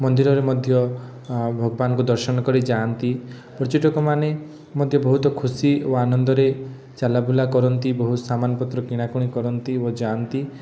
ମନ୍ଦିରରେ ମଧ୍ୟ ଭଗବାନଙ୍କୁ ଦର୍ଶନ କରି ଯାଆନ୍ତି ପର୍ଯ୍ୟଟକମାନେ ମଧ୍ୟ ବହୁତ ଖୁସି ଓ ଆନନ୍ଦରେ ଚାଲା ବୁଲା କରନ୍ତି ବହୁତ ସାମାନପତ୍ର କିଣାକୁଣି କରନ୍ତି ଓ ଯାଆନ୍ତି